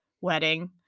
wedding